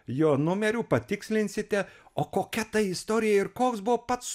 jo numerių patikslinsite o kokia ta istorija ir koks buvo pats